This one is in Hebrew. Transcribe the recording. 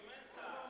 אם אין שר,